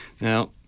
now